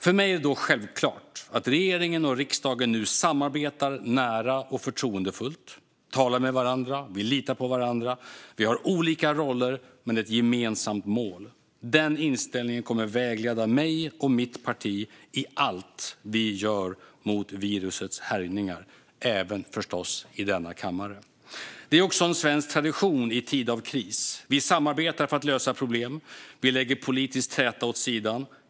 För mig är det då självklart att regeringen och riksdagen nu samarbetar nära och förtroendefullt. Vi talar med varandra. Vi litar på varandra. Vi har olika roller men ett gemensamt mål. Den inställningen kommer att vägleda mig och mitt parti i allt vi gör mot virusets härjningar - även förstås i denna kammare. Detta är också en svensk tradition i tid av kris. Vi samarbetar för att lösa problem. Vi lägger politisk träta åt sidan.